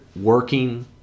working